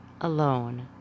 alone